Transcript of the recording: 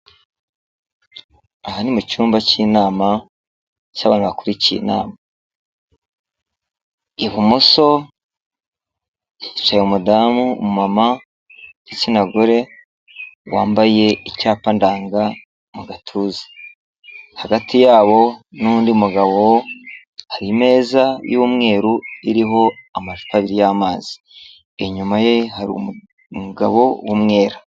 Ahari ni mucyumba cy'ama cyabantu bakurikiye inama, ibumoso hicaye umudamu umama w'igitsina gore wambaye icyapa ndanga mu gatuza, hagati yabo n'undi mugabo hari imeza y'umweru iriho amacupa abiri y'amazi inyuma ye hari umugabo w'umwera.